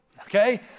okay